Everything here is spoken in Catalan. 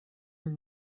amb